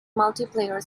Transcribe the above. multiplayer